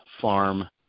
farm